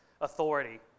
authority